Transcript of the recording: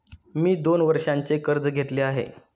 मी दोन वर्षांचे कर्ज घेतले आहे